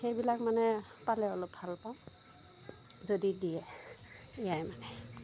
সেইবিলাক মানে পালে অলপ ভাল পাওঁ যদি দিয়ে এইয়াই মানে